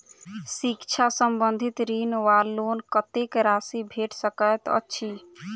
शिक्षा संबंधित ऋण वा लोन कत्तेक राशि भेट सकैत अछि?